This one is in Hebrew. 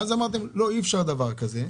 ואז אמרתם: אי אפשר דבר כזה.